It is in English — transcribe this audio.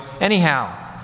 anyhow